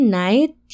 night